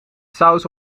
saus